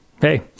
hey